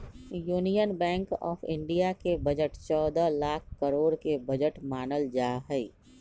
union Bank of India के बजट चौदह लाख करोड के बजट मानल जाहई